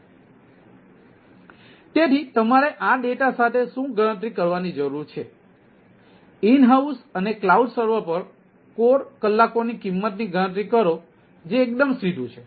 તેથી તમારે આ ડેટા સાથે શું ગણતરી કરવાની જરૂર છે ઈન હાઉસ અને ક્લાઉડ સર્વર પર કોર કલાકોની કિંમતની ગણતરી કરો જે એકદમ સીધું છે